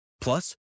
Plus